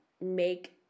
make